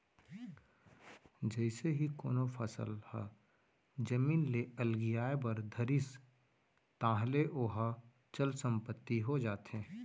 जइसे ही कोनो फसल ह जमीन ले अलगियाये बर धरिस ताहले ओहा चल संपत्ति हो जाथे